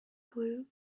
glue